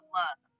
love